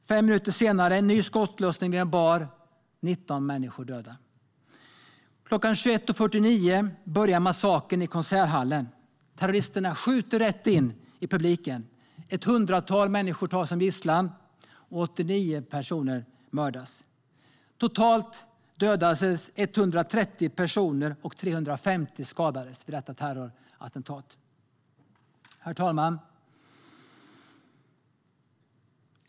Fem minuter senare sker en ny skottlossning på en bar och 19 människor dödas. Kl. 21.49 börjar massakern i konserthallen. Terroristerna skjuter rätt in i publiken. Ett hundratal människor tas som gisslan, och 89 personer mördas. Totalt dödades 130 personer och 350 skadades vid detta terrorattentat. Herr talman!